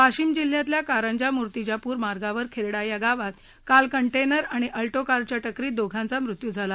वाशिम जिल्ह्यातल्या कारंजा मूर्तिजापूर मार्गावर खड्डी या गावाजवळ काल कंटक्रि आणि अल्टो कारच्या टकरीत दोघांचा मृत्यू झाला